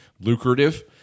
lucrative